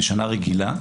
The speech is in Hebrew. בשנה רגילה,